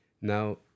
Now